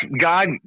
God